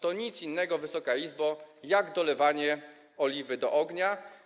To nic innego, Wysoka Izbo, jak dolewanie oliwy do ognia.